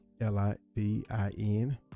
l-i-d-i-n